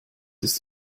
ist